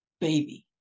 baby